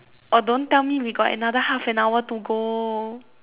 oh don't tell me we got another half an hour to go